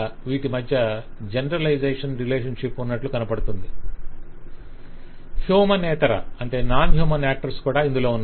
వీటి మధ్య generalisation relationship ఉన్నట్లు కనపడుతుంది హ్యూమనేతర యాక్టర్స్ కూడ ఇందులో ఉన్నారు